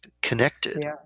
connected